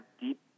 deep